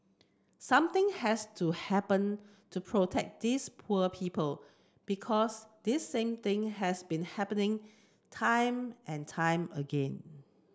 something has to happen to protect these poor people because this same thing has been happening time and time again